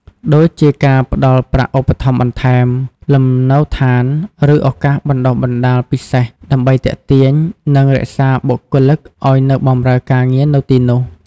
ដូចជាការផ្តល់ប្រាក់ឧបត្ថម្ភបន្ថែម លំនៅឋាន ឬឱកាសបណ្តុះបណ្តាលពិសេស ដើម្បីទាក់ទាញ និងរក្សាបុគ្គលិកឱ្យនៅបម្រើការងារនៅទីនោះ។